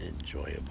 enjoyable